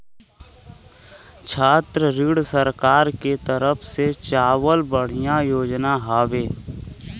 छात्र ऋण सरकार के तरफ से चलावल बढ़िया योजना हौवे